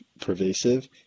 pervasive